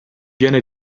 viene